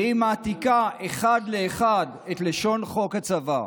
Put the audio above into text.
והיא מעתיקה אחד לאחד את לשון חוק הצבא,